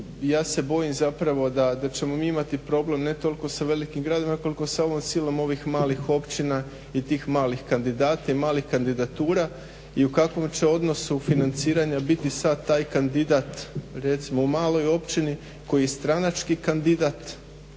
ja se bojim zapravo da ćemo mi imati problem ne toliko sa velikim gradovima koliko sa ovom silom ovih malih općina i tih malih kandidata i malih kandidatura. I u kakvom će odnosu financiranja biti sad taj kandidat recimo u maloj općini koji je stranački kandidat,